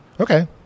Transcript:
Okay